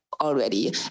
already